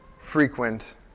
frequent